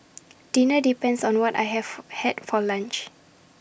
dinner depends on what I have had for lunch